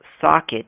socket